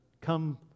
come